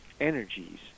energies